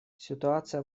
ситуация